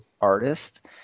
artist